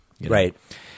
Right